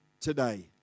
today